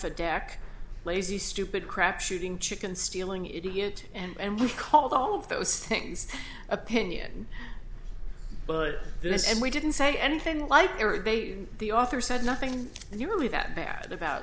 a deck lazy stupid crap shooting chicken stealing idiot and you called all of those things opinion but this and we didn't say anything like the author said nothing and you're really that bad about